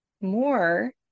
more